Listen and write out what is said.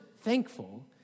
thankful